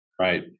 Right